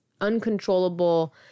uncontrollable